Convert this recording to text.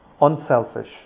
unselfish